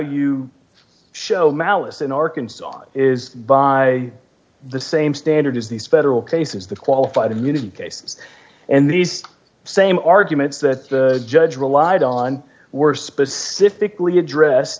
you show malice in arkansas it is by the same standard as these federal cases the qualified immunity cases and these same arguments that the judge relied on were specifically address